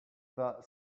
that